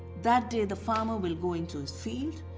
that day the farmer will go into his field,